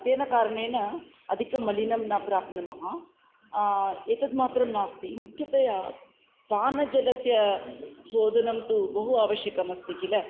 तेन कारणेन अधिकं मलिनं न प्राप्नुमः एतत् मात्रं नास्ति मुख्यतया पानजलस्य शोधनं तु बहु आवश्यकमस्ति किल